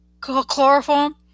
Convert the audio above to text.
chloroform